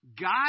God